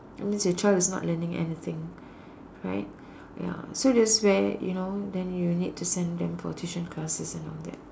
that means your child is not learning anything right ya so that's where you know then you need to send them for tuition classes and all that